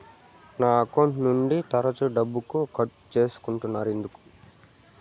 నా అకౌంట్ నుండి తరచు డబ్బుకు కట్ సేస్తున్నారు ఎందుకు